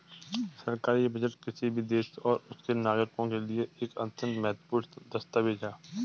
सरकारी बजट किसी भी देश और उसके नागरिकों के लिए एक अत्यंत महत्वपूर्ण दस्तावेज है